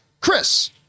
Chris